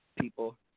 people